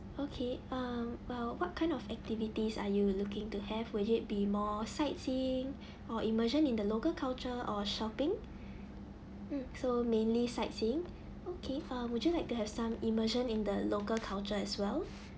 okay um well what kind of activities are you looking to have would it be more sightseeing or immersion in the local culture or shopping mm so mainly sightseeing okay um would you like to have some immersion in the local culture as well